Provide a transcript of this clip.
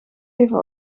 even